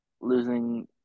losing